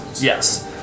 yes